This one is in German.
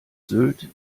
sylt